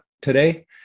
today